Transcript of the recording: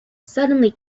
suddenly